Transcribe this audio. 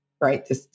right